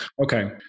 okay